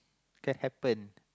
can happen